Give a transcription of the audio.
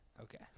Okay